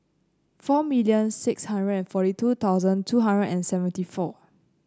four million six hundred and forty two thousand two hundred and seventy four